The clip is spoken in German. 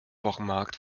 wochenmarkt